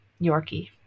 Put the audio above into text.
Yorkie